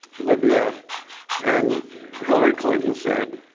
libya and hillary clinton said,